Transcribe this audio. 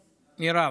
מירב,